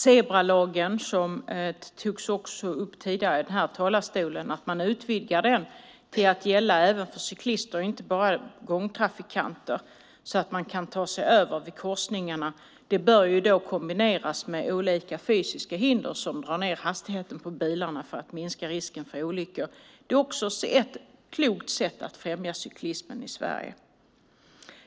Det har tidigare tagits upp från talarstolen att man kan utvidga zebraloggan till att gälla även för cyklister och inte bara för gångtrafikanter, så att man kan ta sig över i korsningarna. Det bör kombineras med fysiska hinder som sänker hastigheten för bilarna så att man minskar risken för olyckor. Det är också ett klokt sätt att främja cyklismen i Sverige.